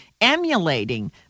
emulating